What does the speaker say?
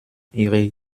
ihre